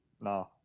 no